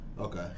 Okay